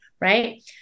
right